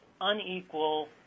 unequal